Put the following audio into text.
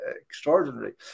extraordinary